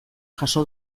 jaso